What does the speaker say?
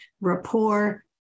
rapport